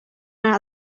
maar